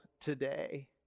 today